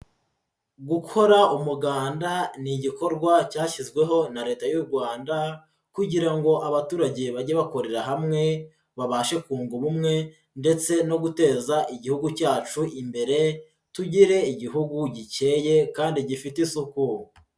Gukora umuganda ni igikorwa cyashyizweho na leta y'u Rwanda, kugira ngo abaturage bage bakorera hamwe babashe kunga ubumwe ndetse no guteza igihugu cyacu imbere, tugire igihugu gikeye kandi gifite isuku.